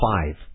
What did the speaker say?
five